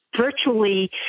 virtually